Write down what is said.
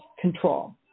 control